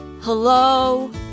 Hello